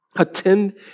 Attend